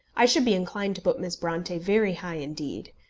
i should be inclined to put miss bronte very high indeed.